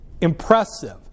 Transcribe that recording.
impressive